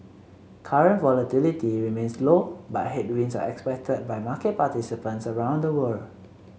current volatility remains low but headwinds are expected by market participants around the world